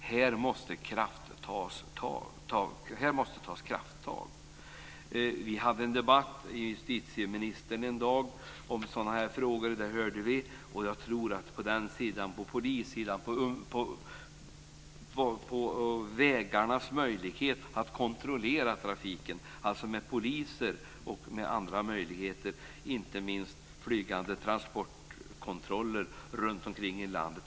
Här måste tas krafttag. Vi hade en debatt med justitieministern en dag om sådana här frågor. Det hörde vi. Jag tror på att kontrollera trafiken med poliser och andra möjligheter. Jag tror inte minst på flygande transportkontroller runtomkring i landet.